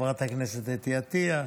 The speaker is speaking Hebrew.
חברת הכנסת אתי עטייה,